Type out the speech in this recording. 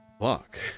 Fuck